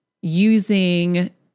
using